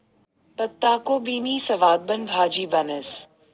पत्ताकोबीनी सवादबन भाजी बनस